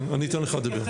אני אתן לך לדבר.